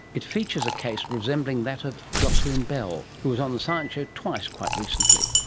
it features a case resembling that of jocelyn bell who was on the science show twice quite recently.